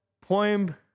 poem